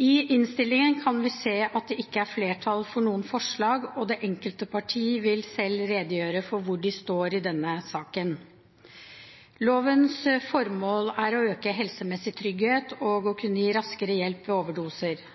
I innstillingen kan vi se at det ikke er flertall for noen forslag, og det enkelte parti vil selv redegjøre for hvor det står i denne saken. Lovens formål er å øke helsemessig trygghet og å kunne gi raskere hjelp ved overdoser.